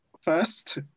first